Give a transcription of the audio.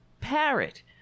parrot